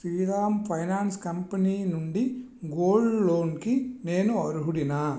Sriram finance company నుండి gold లోన్కి నేను అర్హుడినా